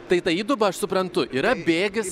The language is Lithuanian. tai ta įduba aš suprantu yra bėgis